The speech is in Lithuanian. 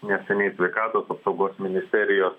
neseniai sveikatos apsaugos ministerijos